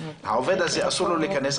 העובד הזה אסור לו להיכנס,